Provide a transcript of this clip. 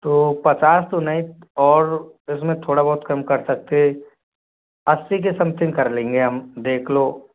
तो पचास तो नहीं और इसमें थोड़ा बहुत कम कर सकते अस्सी के समथिंग कर लेंगे हम देख लो